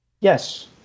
Yes